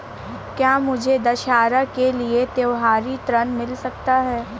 क्या मुझे दशहरा के लिए त्योहारी ऋण मिल सकता है?